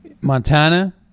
Montana